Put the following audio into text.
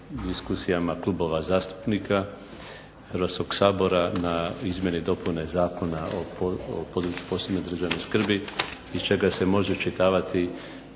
klubova zastupnika Hrvatskog sabora na izmjeni dopune Zakona o području posebne državne skrbi iz čega se može iščitavati